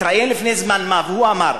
התראיין לפני זמן מה, והוא אמר: